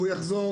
והוא יחזור.